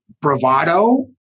bravado